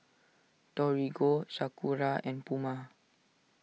Torigo Sakura and Puma